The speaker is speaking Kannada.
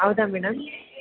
ಹೌದಾ ಮೇಡಮ್